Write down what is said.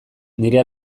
nire